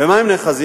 במה הם נאחזים?